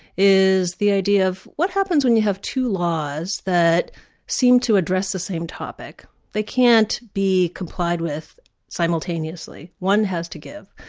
is the idea of what happens when you have two laws that seemed to address the same topic they can't be complied with simultaneously, one has to give.